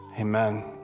Amen